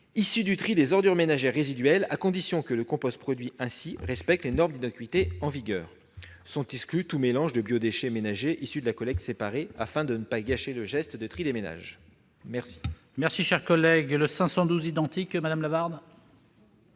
issue du tri des ordures ménagères résiduelles, à condition que le compost produit ainsi respecte les normes d'innocuité en vigueur. Sont exclus tous mélanges de biodéchets ménagers issus de la collecte séparée, afin de ne pas gâcher le geste de tri des ménages. La parole est à Mme Christine Lavarde,